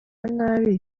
nabi